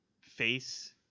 face